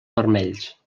vermells